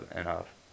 enough